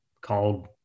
called